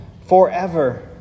forever